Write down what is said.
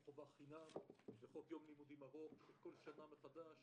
חובה חינם וחוק יום לימודים ארוך שכל שנה מחדש,